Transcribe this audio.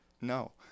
No